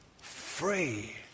free